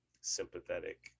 sympathetic